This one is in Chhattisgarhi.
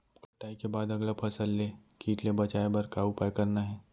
कटाई के बाद अगला फसल ले किट ले बचाए बर का उपाय करना हे?